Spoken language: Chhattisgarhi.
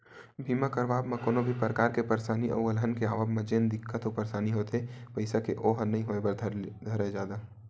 बीमा करवाब म कोनो भी परकार के परसानी अउ अलहन के आवब म जेन दिक्कत अउ परसानी होथे पइसा के ओहा नइ होय बर धरय जादा